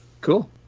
Cool